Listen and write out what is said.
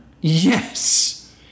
Yes